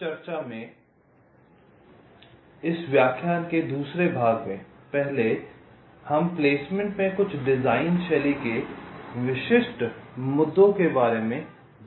इस व्याख्यान के दूसरे भाग में पहले हम प्लेसमेंट में कुछ डिज़ाइन शैली के विशिष्ट मुद्दों के बारे में बात करते हैं